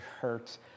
hurt